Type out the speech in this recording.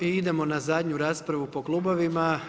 I idemo na zadnju raspravu po klubovima.